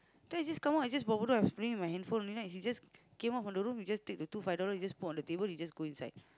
then he just come out and just I was playing with my handphone right he just came out from the room he just take the two five dollar he just put on the table he just go inside